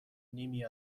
نیمی